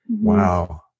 wow